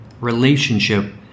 relationship